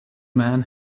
man